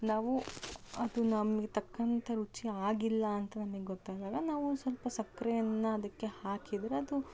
ನಾವು ಅದು ನಮಗೆ ತಕ್ಕಂತೆ ರುಚಿ ಆಗಿಲ್ಲ ಅಂತ ನಮಗೆ ಗೊತ್ತಾದಾಗ ನಾವು ಸ್ವಲ್ಪ ಸಕ್ಕರೆಯನ್ನ ಅದಕ್ಕೆ ಹಾಕಿದ್ರೆ ಅದು